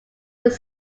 would